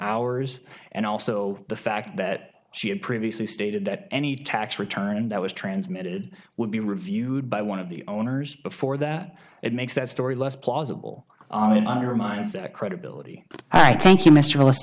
hours and also the fact that she had previously stated that any tax return that was transmitted would be reviewed by one of the owners before that it makes that story less plausible on it undermines the credibility i